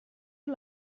you